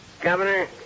Governor